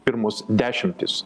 pirmus dešimtis